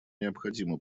необходимо